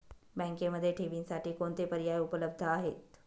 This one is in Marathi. बँकेमध्ये ठेवींसाठी कोणते पर्याय उपलब्ध आहेत?